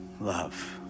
love